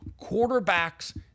quarterbacks